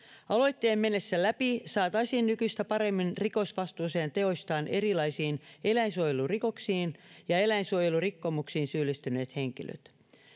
aloitteen mennessä läpi saataisiin nykyistä paremmin rikosvastuuseen teoistaan erilaisiin eläinsuojelurikoksiin ja eläinsuojelurikkomuksiin syyllistyneet henkilöt